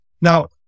Now